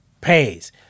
pays